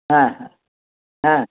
হ্যাঁ হ্যাঁ হ্যাঁ